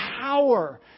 power